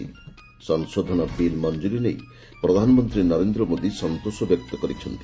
ସଂଶୋଧନ ବିଲ୍ ମଞ୍ଜୁରି ନେଇ ପ୍ରଧାନମନ୍ତ୍ରୀ ନରେନ୍ଦ୍ର ମୋଦି ସନ୍ତୋଷ ବ୍ୟକ୍ତ କରିଛନ୍ତି